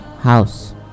house